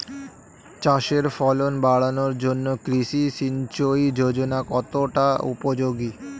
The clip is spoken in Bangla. চাষের ফলন বাড়ানোর জন্য কৃষি সিঞ্চয়ী যোজনা কতটা উপযোগী?